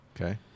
Okay